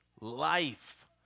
life